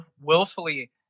willfully